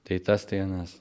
tai tas tai anas